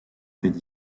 faits